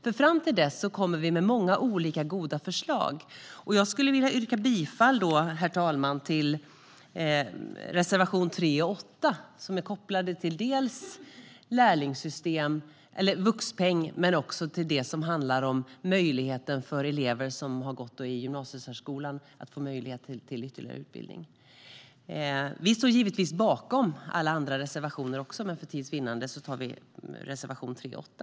Fram till dess kommer vi med många olika goda förslag, och jag skulle vilja yrka bifall, herr talman, till reservationerna 3 och 8 som är kopplade dels till vuxpeng, dels till det som handlar om möjligheten för elever som har gått i gymnasiesärskolan till ytterligare utbildning. Vi står givetvis bakom alla andra reservationer också, men för tids vinnande yrkar jag alltså bifall till reservationerna 3 och 8.